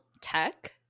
tech